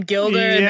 Gilder